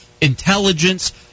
intelligence